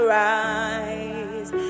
rise